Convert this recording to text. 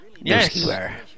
Yes